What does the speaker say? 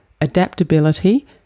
adaptability